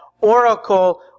oracle